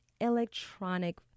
electronic